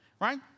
right